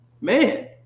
man